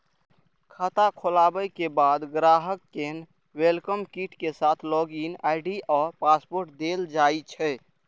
खाता खोलाबे के बाद ग्राहक कें वेलकम किट के साथ लॉग इन आई.डी आ पासवर्ड देल जाइ छै